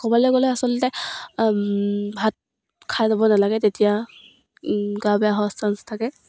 ক'ৰবালৈ গ'লে আচলতে ভাত খাই ল'ব নালাগে তেতিয়া গা বেয়া হোৱা চান্স থাকে